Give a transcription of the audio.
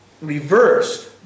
reversed